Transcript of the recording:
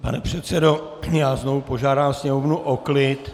Pane předsedo, znovu požádám Sněmovnu o klid.